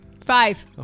Five